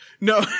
No